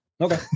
Okay